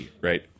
right